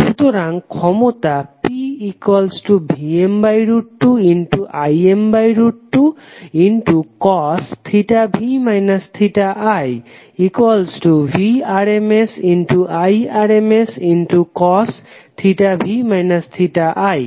সুতরাং ক্ষমতা PVm2Im2v i Vrms Irmscosv i